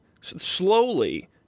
slowly